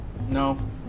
No